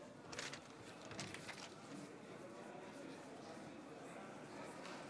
הברית, נשיא המדינה ויושב-ראש הכנסת מאולם